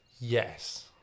Yes